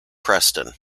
preston